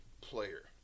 player